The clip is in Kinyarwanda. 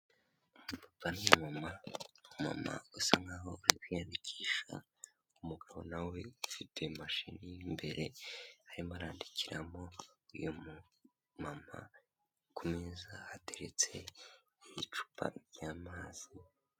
Umupapa n'umumama, umumama usa nkaho ari kwiyandikisha, umugabo nawe ufite imashini iri imbere, arimo arandikiramo uyu mama, ku meza hateretse icupa ry'amazi...